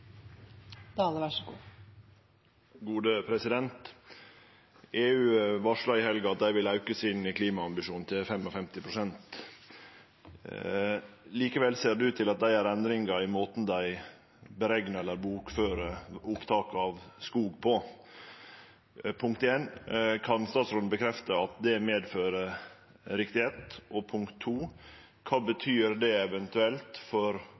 EU varsla i helga at dei vil auke klimaambisjonen sin til 55 pst. Likevel ser det ut til at dei gjer endringar i måten dei bokfører opptak av skog på. Punkt 1: Kan statsråden bekrefte at det medfører riktigheit? Og punkt 2: Kva betyr det eventuelt for